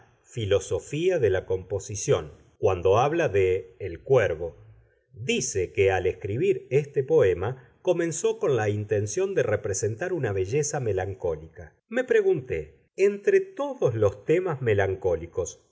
filosofía de la composición cuando habla de el cuervo dice que al escribir este poema comenzó con la intención de representar una belleza melancólica me pregunté entre todos los temas melancólicos